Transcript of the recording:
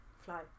Fly